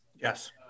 Yes